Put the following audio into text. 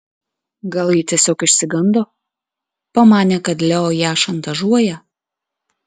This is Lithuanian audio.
gal ji tiesiog išsigando pamanė kad leo ją šantažuoja